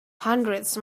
hundreds